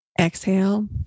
exhale